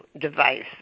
device